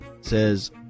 says